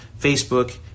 Facebook